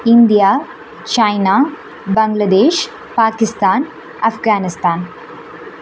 India China Bangladesh Pakistan Afghanistan